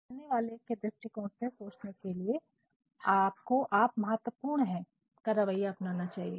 तो पढ़ने वाले के दृष्टिकोण से सोचने के लिए आपको "यू ऐटिटूड " का रवैया अपनाना चाहिए